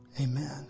Amen